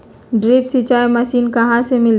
Drip सिंचाई machine कहाँ से मिलतै?